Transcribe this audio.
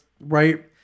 right